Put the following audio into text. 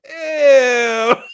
ew